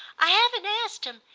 i haven't asked him.